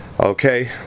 Okay